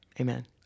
Amen